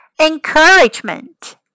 encouragement